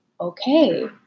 okay